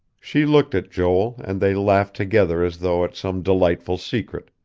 she looked at joel, and they laughed together as though at some delightful secret,